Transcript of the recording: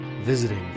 visiting